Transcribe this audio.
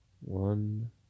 one